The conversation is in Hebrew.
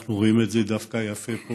ואנחנו רואים את זה דווקא יפה פה,